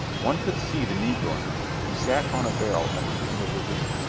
one could see the negro now he sat on a barrel at the end of the room.